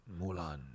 Mulan